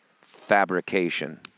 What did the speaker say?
Fabrication